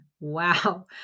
Wow